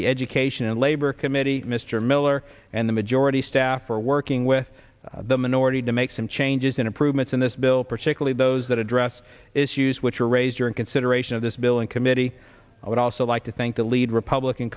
the education and labor committee mr miller and the majority staff for working with the minority to make some changes and improvements in this bill particularly those that address issues which are raise your in consideration of this bill in committee i would also like to thank the lead republican